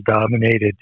dominated